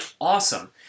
awesome